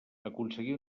aconseguí